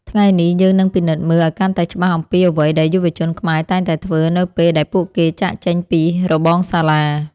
ថ្ងៃនេះយើងនឹងពិនិត្យមើលឱ្យកាន់តែច្បាស់អំពីអ្វីដែលយុវជនខ្មែរតែងតែធ្វើនៅពេលដែលពួកគេចាកចេញពីរបងសាលា។